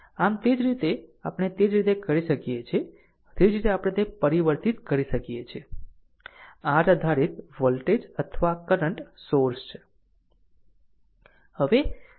આમ તે જ રીતે આપણે તે જ રીતે કરી શકીએ છીએ તે જ રીતે આપણે તે પરિવર્તિત કરી શકીએ છીએ r આધારિત વોલ્ટેજ અથવા કરંટ સોર્સ છે